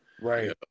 Right